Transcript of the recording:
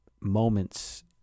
moments